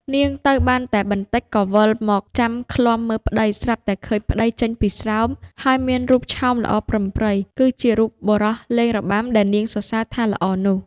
នាងទៅបានតែបន្ដិចក៏វិលមកលបចាំឃ្លាំមើលប្ដី ស្រាប់តែឃើញប្ដីចេញពីស្រោម ហើយមានរូបឆោមល្អប្រិមប្រិយ គឺជារូបបុរសលេងរបាំដែលនាងសរសើរថាល្អនោះ។